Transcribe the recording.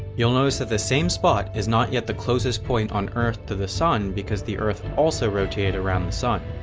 you'll notice that the same spot is not yet the closest point on earth to the sun because the earth also rotated around the sun.